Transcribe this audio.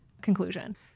conclusion